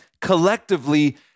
collectively